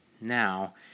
Now